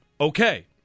Okay